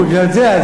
בגלל זה.